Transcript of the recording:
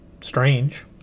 strange